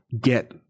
get